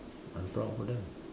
I'm proud for them